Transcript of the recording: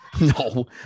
No